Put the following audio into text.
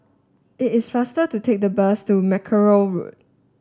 it is faster to take the bus to Mackerrow Road